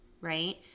right